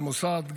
למוסד,